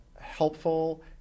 helpful